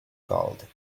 gold